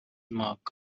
mark